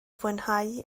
fwynhau